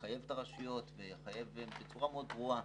הקריטריונים והנוהל צריכים לחייב את הרשויות בצורה מאוד מאוד ברורה.